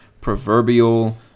proverbial